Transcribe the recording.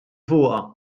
fuqha